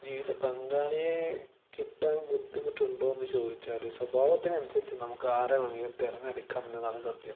ജീവിത പങ്കാളിയെ കിട്ടാൻ ബുദ്ധിമുട്ടുണ്ടോ എന്ന് ചോദിച്ചാൽ സ്വഭാവത്തെ അനുസരിച്ചു നമുക്ക് ആരെ വേണമെങ്കിലും തിരഞ്ഞെടുക്കാം എന്നതാണ് സത്യം